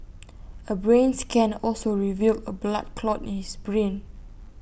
A brain scan also revealed A blood clot in his brain